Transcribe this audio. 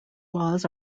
laws